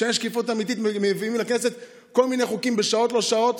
כשאין שקיפות אמיתית מביאים אל הכנסת כל מיני חוקים בשעות לא שעות,